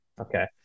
Okay